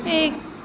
ایک